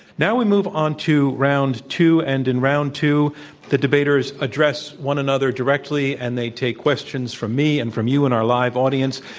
now we move on to round two and in round two the debaters address one another directly and they take questions from me and from you in our live audience.